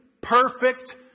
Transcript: perfect